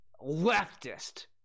Leftist